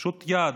פשוט יעד,